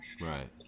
Right